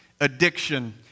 addiction